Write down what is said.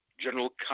General